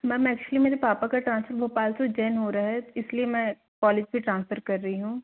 ma'am actually मेरे पापा का ट्रांसफर भोपाल से उज्जैन हो रहा है इस लिए मैं कॉलेज से ट्रांसफर कर रही हूँ